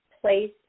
place